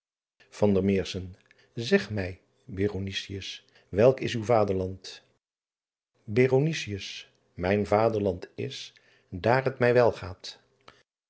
eg mij welk is uw aderland ijn aderland is daar het mij welgaat